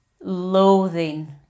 loathing